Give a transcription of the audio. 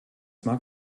mag